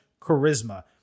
charisma